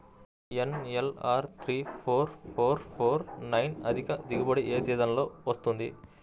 NLR three four four four nine అధిక దిగుబడి ఏ సీజన్లలో వస్తుంది?